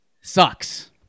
sucks